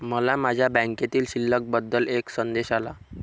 मला माझ्या बँकेतील शिल्लक बद्दल एक संदेश आला